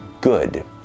good